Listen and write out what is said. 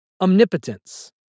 omnipotence